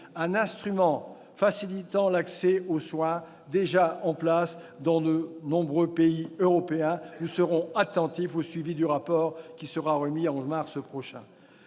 un instrument facilitant l'accès aux soins, déjà en place dans de nombreux pays européens. Nous serons attentifs au suivi du rapport qui sera remis en mars prochain.